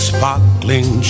Sparkling